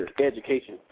education